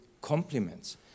complements